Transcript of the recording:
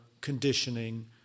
conditioning